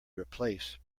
replaced